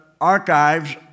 archives